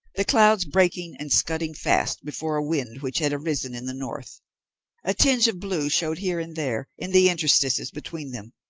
the clouds breaking and scudding fast before a wind which had arisen in the north a tinge of blue showed here and there in the interstices between them,